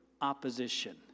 opposition